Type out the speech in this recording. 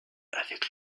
avec